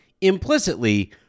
implicitly